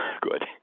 Good